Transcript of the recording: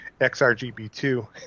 XRGB2